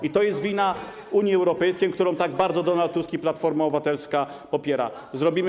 I to jest wina Unii Europejskiej, którą tak bardzo Donald Tusk i Platforma Obywatelska popierają.